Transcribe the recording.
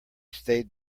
stayed